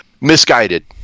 misguided